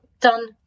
done